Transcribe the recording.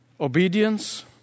Obedience